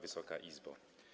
Wysoka Izbo!